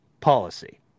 policy